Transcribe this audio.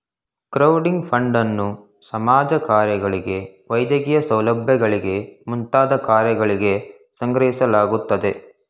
crowding ಫಂಡನ್ನು ಸಮಾಜ ಕಾರ್ಯಗಳಿಗೆ ವೈದ್ಯಕೀಯ ಸೌಲಭ್ಯಗಳಿಗೆ ಮುಂತಾದ ಕಾರ್ಯಗಳಿಗೆ ಸಂಗ್ರಹಿಸಲಾಗುತ್ತದೆ